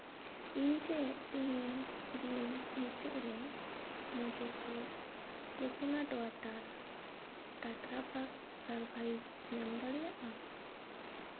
ᱤᱧ ᱪᱮᱫ ᱛᱮᱦᱤᱧ ᱫᱤᱱ ᱢᱩᱪᱟᱹᱫᱨᱮ ᱢᱩᱡᱩᱠᱚ ᱠᱚᱠᱳᱱᱟᱴ ᱳᱣᱟᱴᱟᱨ ᱴᱟᱴᱨᱟᱯᱟᱠ ᱥᱟᱨᱵᱷᱟᱭᱤᱥ ᱧᱟᱢ ᱫᱟᱲᱮᱭᱟᱜᱼᱟ